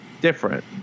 different